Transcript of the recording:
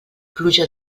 pluja